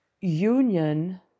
union